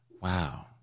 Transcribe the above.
Wow